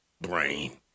Brain